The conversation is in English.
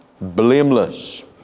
blameless